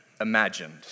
imagined